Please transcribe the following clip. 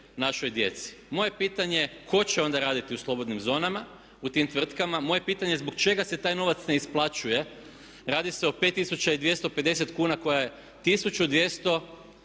našoj djeci. Moje pitanje, tko će onda raditi u slobodnim zonama? U tim tvrtkama? Moje je pitanje zbog čega se taj novac ne isplaćuje? Radi se o 5250 kuna, koja je 1200